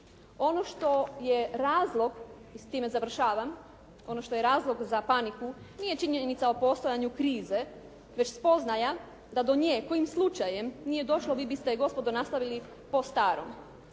Ono što je razlog i s time završavam, ono što je razlog za paniku nije činjenica o postojanju krize već spoznaja da do nje kojim slučajem nije došlo vi biste gospodo nastavili po starom,